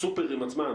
הסופרמרקטים עצמם,